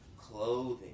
clothing